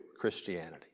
Christianity